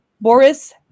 Boris